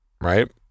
right